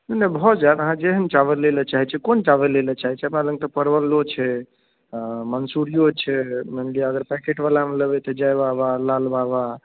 नहि भऽ जायत आहाँ जेहन चावल लै लए चाहै छियै कोन चावल लै लए चाहै छियै हमरा लङ तऽ परवलो छै मन्सुरियो छै मानि लिअ अगर पैकेट बलामे लेबै तऽ जय बाबा लाल बाबा